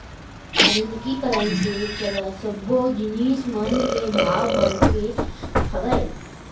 आधुनिकीकरन के चलत सब्बो जिनिस मन के भाव बड़गे हावय